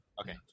Okay